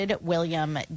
William